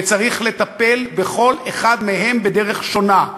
וצריך לטפל בכל אחד מהם בדרך שונה.